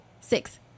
Six